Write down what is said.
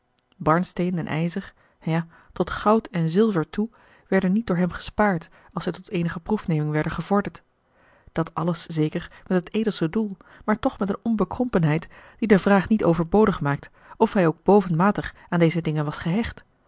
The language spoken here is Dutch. barnsteen en ijzer ja tot goud en zilver toe werden niet door hem gespaard als zij tot eenige proefneming werden gevorderd dat alles zeker met het edelste doel maar toch met eene onbekrompenheid die de vraag niet overbodig maakt of hij ook bovenmatig aan deze dingen was gehecht